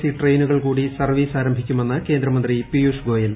C ട്രെയിനുകൾ കുടി ആരംഭിക്കുമെന്ന് കേന്ദ്രമന്ത്രി പിയൂഷ്ഗോയൽ